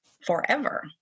forever